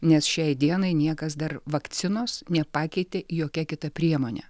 nes šiai dienai niekas dar vakcinos nepakeitė jokia kita priemone